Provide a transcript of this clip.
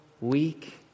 weak